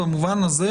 במובן הזה,